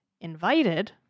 invited